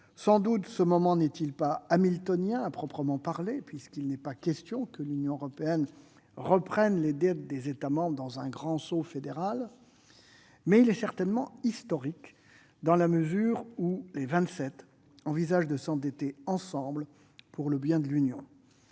Sans doute ce moment n'est-il pas « hamiltonien » à proprement parler, puisqu'il n'est pas question que l'Union européenne reprenne les dettes des États membres dans un grand saut fédéral, mais il est certainement historique dans la mesure où les Ving-Sept envisagent de s'endetter ensemble pour le bien de l'Union.